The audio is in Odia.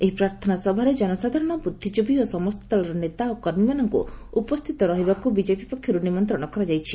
ଏହି ପ୍ରାର୍ଥନା ସଭାରେ ଜନସାଧାରଣ ବୁଦ୍ଧିଜୀବୀ ଓ ସମସ୍ତଦଳର ନେତା ଓ କର୍ମୀମାନଙ୍ଙୁ ଉପସ୍ରିତ ରହିବାକୁ ବିଜେପି ପକ୍ଷରୁ ନିମନ୍ତଣ କରାଯାଇଛି